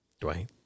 Dwayne